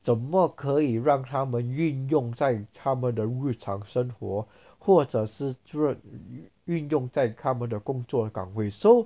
怎么可以让他们运用在他们的日常生活或者是运动在他们的工作岗位 so